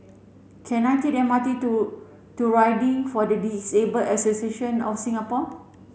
can I take the M R T to to Riding for the Disable Association of Singapore